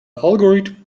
algorithm